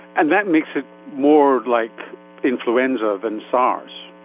and that makes it more like influenza than sars.